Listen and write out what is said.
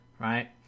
Right